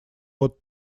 вот